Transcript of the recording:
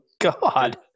God